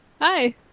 hi